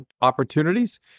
opportunities